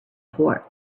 port